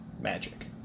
magic